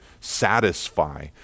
satisfy